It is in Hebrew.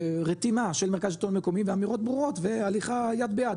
ורתימה של מרכז שלטון מקומי ועם אמירות ברורות והליכה יד ביד,